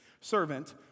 servant